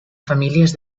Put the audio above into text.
famílies